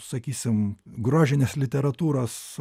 sakysim grožinės literatūros